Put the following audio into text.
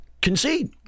concede